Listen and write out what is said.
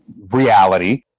reality